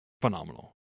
phenomenal